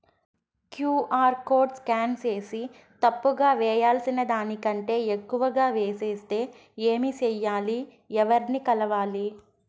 QR code scan సేసి తప్పు గా వేయాల్సిన దానికంటే ఎక్కువగా వేసెస్తే ఏమి సెయ్యాలి? ఎవర్ని కలవాలి?